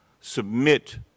submit